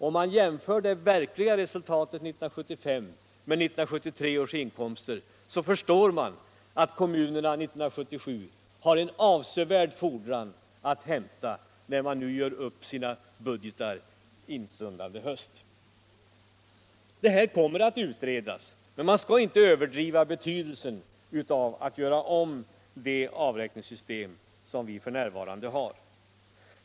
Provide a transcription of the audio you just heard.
Om man jämför det verkliga resultatet 1975 med 1973 års inkomster, förstår man att kommunerna 1977 har en avsevärd fordran att hämta när de gör upp sina budgetar instundande höst. Det här kommer att utredas, men man skall inte överdriva nackdelarna med det avräkningssystem som vi f.n. har.